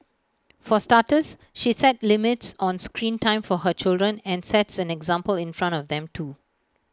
for starters she set limits on screen time for her children and sets an example in front of them too